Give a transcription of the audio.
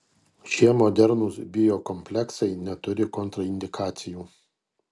šie modernūs biokompleksai neturi kontraindikacijų